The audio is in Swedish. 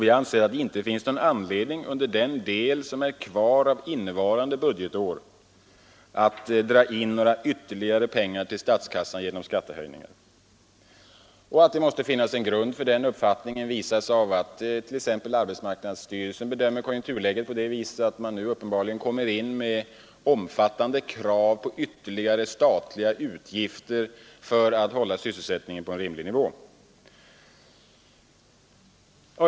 Vi anser att det inte finns någon anledning under den del som är kvar av innevarande budgetår att dra in ytterligare pengar till statskassan genom skattehöjningar. Att det måste finnas en grund för den uppfattningen visas av att t.ex. arbetsmarknadsstyrelsen bedömer konjunkturläget så att den nu uppebarligen lägger fram omfattande krav på ytterligare statliga utgifter, som skall medverka till att hålla sysselsättningen på en rimlig nivå.